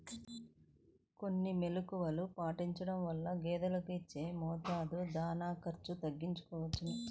కొన్ని మెలుకువలు పాటించడం వలన గేదెలకు ఇచ్చే మేత, దాణా ఖర్చు తగ్గించుకోవచ్చును